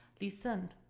listen